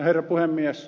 herra puhemies